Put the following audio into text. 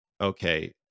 okay